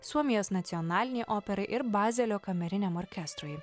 suomijos nacionalinei operai ir bazelio kameriniam orkestrui